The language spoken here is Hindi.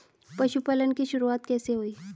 पशुपालन की शुरुआत कैसे हुई?